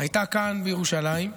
הייתה כאן בירושלים.